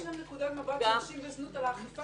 יש גם נקודת מבט של הנשים בזנות על האכיפה,